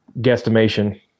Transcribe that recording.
guesstimation